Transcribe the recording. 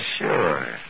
sure